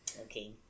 Okay